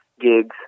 gigs